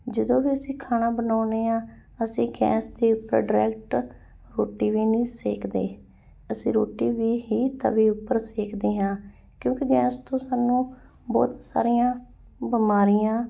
ਜਦੋਂ ਵੀ ਅਸੀਂ ਖਾਣਾ ਬਣਾਉਦੇ ਹਾਂ ਅਸੀਂ ਗੈਸ ਦੇ ਉੱਪਰ ਡਾਇਰੈਕਟ ਰੋਟੀ ਵੀ ਨਹੀਂ ਸੇਕਦੇ ਅਸੀਂ ਰੋਟੀ ਵੀ ਹੀ ਤਵੇ ਉਪਰ ਸੇਕਦੇ ਹਾਂ ਕਿਉਂਕਿ ਗੈਸ ਤੋਂ ਸਾਨੂੰ ਬਹੁਤ ਸਾਰੀਆਂ ਬਿਮਾਰੀਆਂ